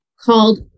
called